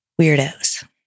Weirdos